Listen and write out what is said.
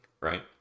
right